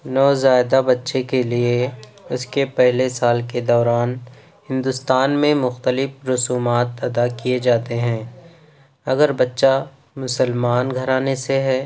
نو زائیدہ بچّے کے لیے اس کے پہلے سال کے دوران ہندوستان میں مختلف رسومات ادا کیے جاتے ہیں اگر بچّہ مسلمان گھرانے سے ہے